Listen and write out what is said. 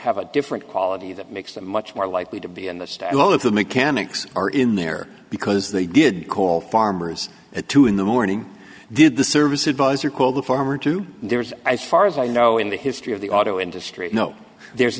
have a different quality that makes them much more likely to be in the style of the mechanics are in there because they did call farmers at two in the morning did the service advisor call the former to do theirs as far as i know in the history of the auto industry no there's